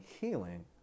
healing